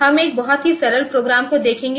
हम एक बहुत ही सरल प्रोग्राम को देखेंगे